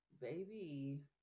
Baby